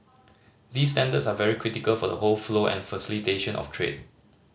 these standards are very critical for the whole flow and facilitation of trade